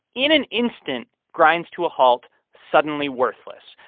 in an instant, grinds to a halt, suddenly worthless.